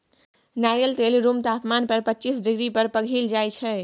नारियल तेल रुम तापमान पर पचीस डिग्री पर पघिल जाइ छै